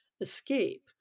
escape